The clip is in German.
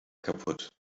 kaputt